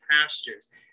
pastures